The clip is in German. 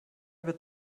wird